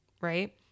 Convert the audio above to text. right